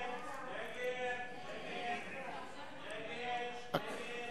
ההסתייגות של חבר הכנסת אילן גילאון